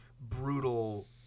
brutal